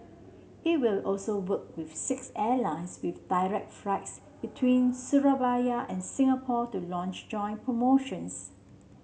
it will also work with six airlines with direct flights between Surabaya and Singapore to launch joint promotions